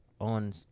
on